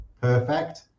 perfect